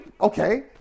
okay